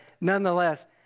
nonetheless